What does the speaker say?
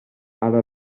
ara